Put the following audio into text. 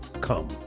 Come